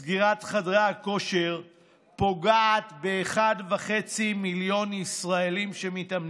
סגירת חדרי הכושר פוגעת ב-1.5 מיליון ישראלים שמתאמנים.